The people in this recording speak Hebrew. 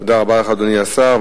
תודה רבה לך, אדוני השר.